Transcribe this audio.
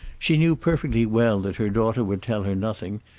she knew perfectly well that her daughter would tell her nothing,